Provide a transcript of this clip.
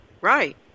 right